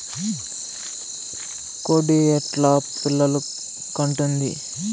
కోడి ఎట్లా పిల్లలు కంటుంది?